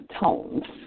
tones